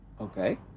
Okay